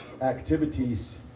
activities